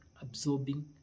absorbing